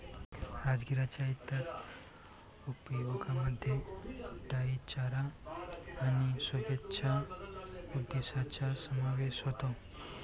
राजगिराच्या इतर उपयोगांमध्ये डाई चारा आणि शोभेच्या उद्देशांचा समावेश होतो